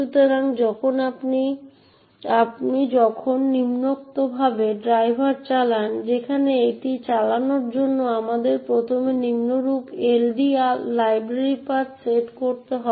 সুতরাং আপনি যখন নিম্নোক্তভাবে ড্রাইভার চালান যেখানে এটি চালানোর জন্য আমাদের প্রথমে নিম্নরূপ LD লাইব্রেরি পাথ সেট করতে হবে